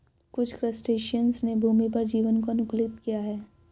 कुछ क्रस्टेशियंस ने भूमि पर जीवन को अनुकूलित किया है